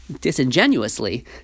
disingenuously